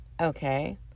Okay